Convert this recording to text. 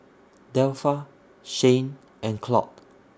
Delpha Shayne and Claude